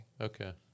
Okay